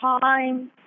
time